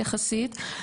יחסית,